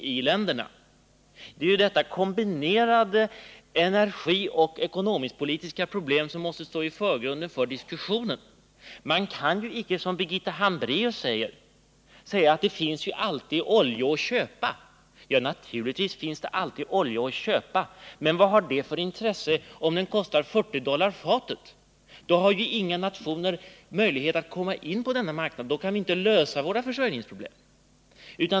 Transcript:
Det är ju detta kombinerade energioch ekonomiskpolitiska problem som måste stå i förgrunden för diskussionen. Man kan inte som Birgitta Hambraeus hänvisa till att det ju alltid finns oljor att köpa. Naturligtvis finns det alltid oljor att köpa, men vad har det för intresse om de kostar 40 dollar fatet? Då har ju ingen nation möjlighet att komma in på denna marknad. Då kan vi inte lösa våra försörjningsproblem.